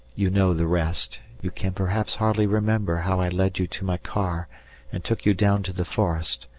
you know the rest you can perhaps hardly remember how i led you to my car and took you down to the forest.